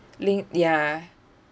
link ya